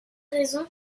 raison